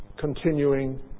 continuing